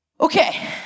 Okay